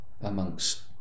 amongst